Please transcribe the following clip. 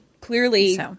clearly